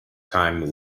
time